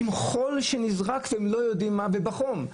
עם חול שנזרק והם לא יודעים מה והכול בחום.